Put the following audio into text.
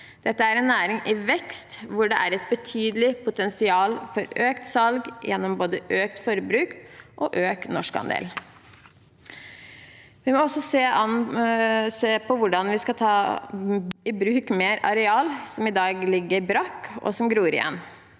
Dette er en næring i vekst hvor det er et betydelig potensial for økt salg gjennom både økt forbruk og økt norskandel. Vi må også se på hvordan vi skal ta i bruk mer areal som i dag ligger brakk, og som gror igjen.